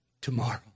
tomorrow